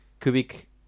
cubic